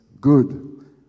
good